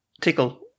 tickle